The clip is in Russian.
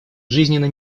жизненно